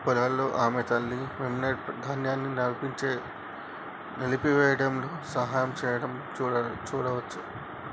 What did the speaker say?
పొలాల్లో ఆమె తల్లి, మెమ్నెట్, ధాన్యాన్ని నలిపివేయడంలో సహాయం చేయడం చూడవచ్చు